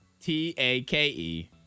T-A-K-E